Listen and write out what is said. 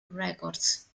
records